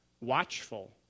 watchful